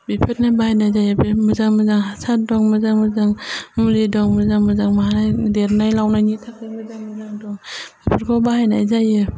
बिफोरनो बाहायनाय जायो बे मोजां मोजां हासार दं मोजां मोजां मुलि दं मोजां मोजां माहाय देरनाय लावनायनि थाखाय मोजां मोजां दं बेफोरखौ बाहायनाय जायो